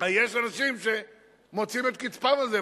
יש אנשים שמוציאים את קצפם על זה.